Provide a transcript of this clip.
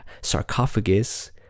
sarcophagus